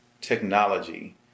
technology